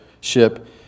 ship